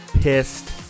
pissed